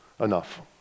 enough